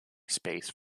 space